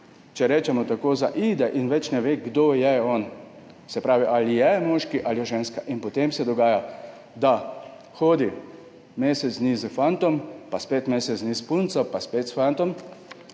če rečemo tako, zaide in več ne ve, kdo je on, se pravi, ali je moški ali je ženska. Potem se dogaja, da hodi mesec dni s fantom, pa spet mesec dni s punco, pa spet s fantom.